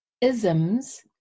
isms